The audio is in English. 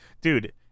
Dude